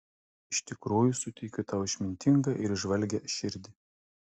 iš tikrųjų suteikiu tau išmintingą ir įžvalgią širdį